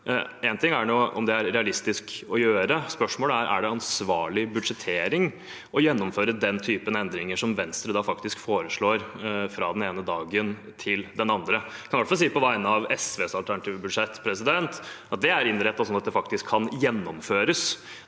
Én ting er om det er realistisk å gjøre, men spørsmålet er om det er ansvarlig budsjettering å gjennomføre den typen endringer som Venstre faktisk foreslår, fra den ene dagen til den andre. Jeg kan iallfall si på vegne av SVs alternative budsjett, at det er innrettet slik at det faktisk kan gjennomføres.